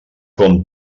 com